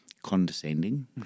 condescending